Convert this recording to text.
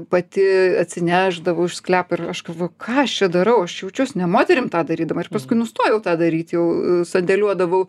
pati atsinešdavau iš sklepo ir aš galvoju ką aš čia darau aš jaučiuos ne moterim tą darydama ir paskui nustojau tą daryt jau sandėliuodavau